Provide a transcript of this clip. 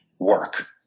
Work